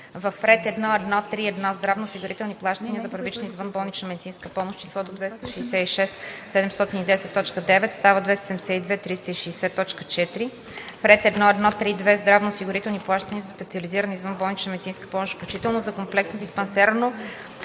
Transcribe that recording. ред 1.1.3.1 здравноосигурителни плащания за първична извънболнична медицинска помощ числото „266 710,9“ става „272 360,4“. - в ред 1.1.3.2 здравноосигурителни плащания за специализирана извънболнична медицинска помощ (включително за комплексно диспансерно